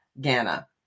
Ghana